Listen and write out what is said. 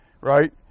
right